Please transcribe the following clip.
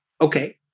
Okay